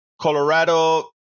Colorado